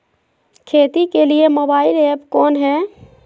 खेती के लिए मोबाइल ऐप कौन है?